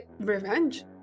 revenge